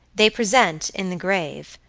they present, in the grave,